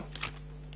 אני.